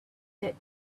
that